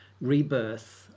rebirth